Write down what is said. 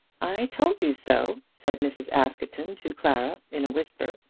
i told you so, said mrs. askerton, to clara, in a whisper.